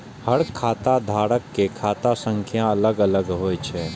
हर खाता धारक के खाता संख्या अलग अलग होइ छै